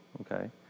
okay